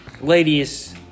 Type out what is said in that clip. Ladies